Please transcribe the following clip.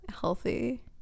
healthy